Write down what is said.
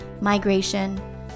migration